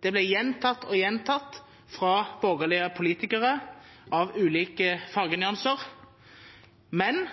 Det ble gjentatt og gjentatt fra borgerlige politikere av ulike fargenyanser, men